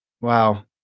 wow